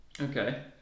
Okay